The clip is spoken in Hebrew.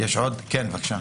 כן, בבקשה.